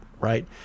right